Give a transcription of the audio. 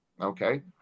Okay